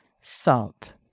salt